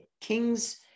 Kings